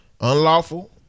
unlawful